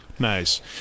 nice